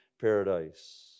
paradise